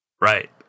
right